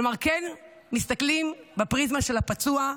כלומר, כן מסתכלים בפריזמה של הפצוע,